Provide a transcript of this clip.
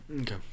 Okay